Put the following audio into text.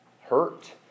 hurt